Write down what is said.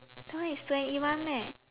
time is Two-N_E-one meh